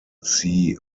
see